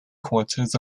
quarters